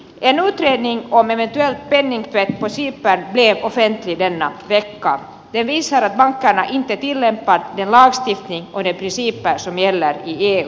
en oikein niin koominen ja den visar att bankerna inte tillämpar den lagstiftning och de principer som gäller i eu